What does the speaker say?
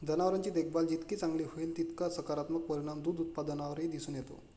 जनावरांची देखभाल जितकी चांगली होईल, तितका सकारात्मक परिणाम दूध उत्पादनावरही दिसून येतो